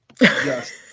Yes